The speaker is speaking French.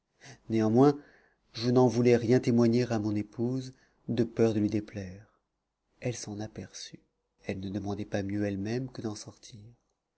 néanmoins je n'en voulais rien témoigner à mon épouse de peur de lui déplaire elle s'en aperçut elle ne demandait pas mieux elle-même que d'en sortir